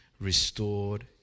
restored